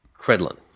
Credlin